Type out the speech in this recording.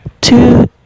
two